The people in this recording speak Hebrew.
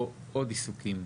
או עוד עיסוקים?